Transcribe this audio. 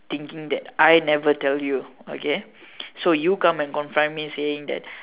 thinking that I never tell you okay so you come and confront me saying that